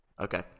Okay